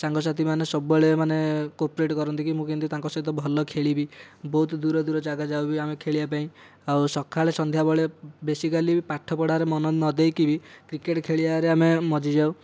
ସଙ୍ଗସାଥୀମାନେ ସବୁବେଳେ ମାନେ କୋ'ପରେଟ୍ କରନ୍ତି କି ମୁଁ କିନ୍ତି ତାଙ୍କ ସହିତ ଭଲ ଖେଳିବି ବହୁତ ଦୂର ଦୂର ଜାଗା ଯାଉ ବି ଆମେ ଖେଳିବା ପାଇଁ ଆଉ ସକାଳେ ସନ୍ଧ୍ୟାବେଳେ ବେସିକାଲି ପାଠପଢାରେ ମନ ନ ଦେଇକି ବି କ୍ରିକେଟ ଖେଳିବାରେ ଆମେ ମଜ୍ଜିଯାଉ